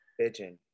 Bitching